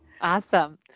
Awesome